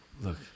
look